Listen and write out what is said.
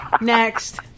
Next